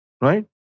right